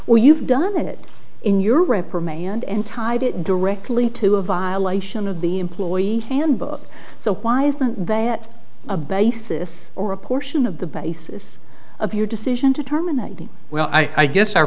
or you've done it in your reprimand him tied it directly to a violation of the employee handbook so why isn't that a basis or a portion of the basis of your decision to terminate the well i guess our